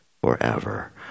forever